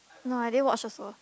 no I did watch also